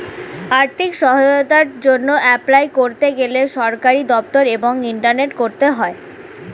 আর্থিক সহায়তার জন্যে এপলাই করতে গেলে সরকারি দপ্তর এবং ইন্টারনেটে করতে হয়